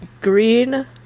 green